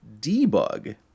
debug